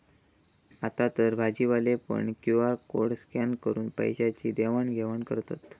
आतातर भाजीवाले पण क्यु.आर कोड स्कॅन करून पैशाची देवाण घेवाण करतत